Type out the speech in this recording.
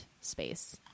space